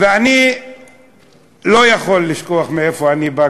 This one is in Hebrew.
אני לא יכול לשכוח מאיפה אני בא,